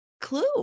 clue